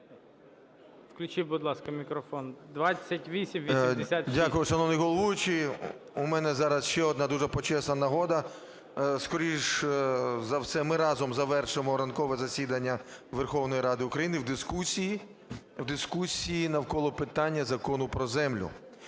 13:47:00 ШУФРИЧ Н.І. Дякую, шановний головуючий. У мене зараз ще одна дуже почесна нагода. Скоріш за все, ми разом завершимо ранкове засідання Верховної Ради України в дискусії навколо питання Закону про землю.